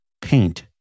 paint